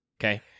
Okay